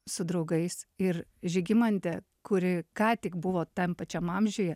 su draugais ir žygimantė kuri ką tik buvo tam pačiam amžiuje